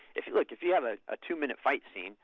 if you like if you have a ah two-minute fight scene,